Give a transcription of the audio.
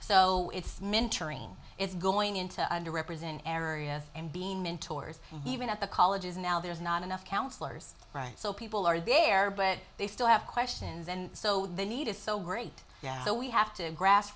mentoring it's going into under represented areas and being mentors even at the colleges now there's not enough counselors right so people are there but they still have questions and so the need is so great yeah so we have to grass